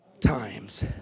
times